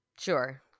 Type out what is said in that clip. Sure